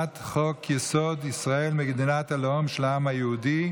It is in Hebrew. הצעת חוק-יסוד: ישראל, מדינת הלאום של העם היהודי,